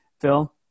Phil